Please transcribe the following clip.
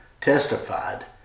testified